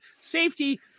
Safety